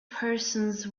persons